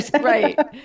Right